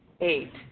Eight